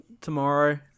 tomorrow